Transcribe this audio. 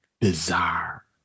Bizarre